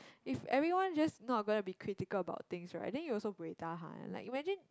if everyone just not gonna be critical about things right then you also buay tahan like imagine